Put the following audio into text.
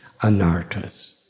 anartas